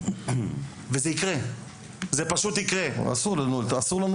שאני פחות בקיאה אגב בגורמים גורמי